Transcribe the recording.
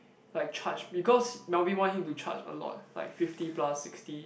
like charge because Melvin want him to charge a lot like fifty plus sixty